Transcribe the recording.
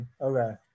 Okay